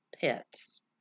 pets